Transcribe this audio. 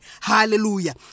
hallelujah